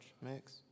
mix